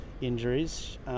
injuries